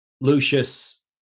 Lucius